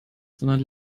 sondern